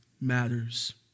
matters